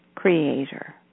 Creator